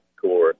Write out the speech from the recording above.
core